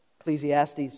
Ecclesiastes